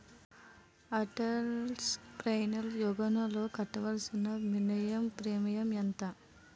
Atal pension యోజనలో కట్టవలసిన minimum premium ఎంత?